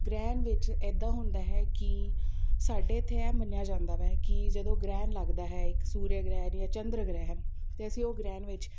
ਗ੍ਰਹਿਣ ਵਿੱਚ ਇੱਦਾਂ ਹੁੰਦਾ ਹੈ ਕਿ ਸਾਡੇ ਇੱਥੇ ਇਹ ਮੰਨਿਆ ਜਾਂਦਾ ਵੈ ਕਿ ਜਦੋਂ ਗ੍ਰਹਿਣ ਲੱਗਦਾ ਹੈ ਇੱਕ ਸੂਰਯ ਗ੍ਰਹਿਣ ਜਾਂ ਚੰਦਰ ਗ੍ਰਹਿਣ ਤਾਂ ਅਸੀਂ ਉਹ ਗ੍ਰਹਿਣ ਵਿੱਚ